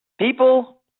People